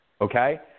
Okay